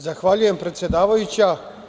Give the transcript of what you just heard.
Zahvaljujem predsedavajuća.